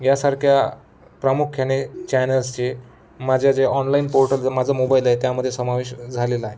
यासारख्या प्रामुख्याने चॅनल्सचे माझ्या जे ऑनलाईन पोर्टल माझं मोबाईल आहे त्यामध्ये समावेश झालेलाय